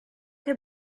che